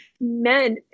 men